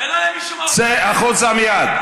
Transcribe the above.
ולא היה, צא החוצה מייד.